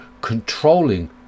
controlling